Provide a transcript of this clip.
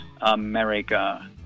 America